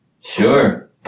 Sure